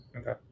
Okay